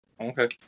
Okay